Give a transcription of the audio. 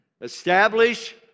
Establish